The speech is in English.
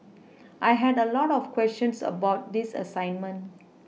I had a lot of questions about this assignment